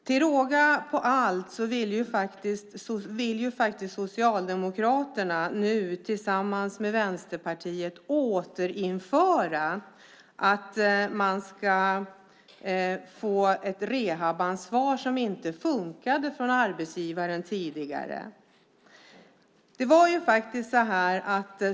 Till råga på allt vill Socialdemokraterna tillsammans med Vänsterpartiet återinföra det rehabansvar för arbetsgivarna som inte funkade tidigare.